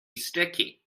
sticky